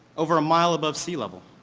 over a mile above sea level,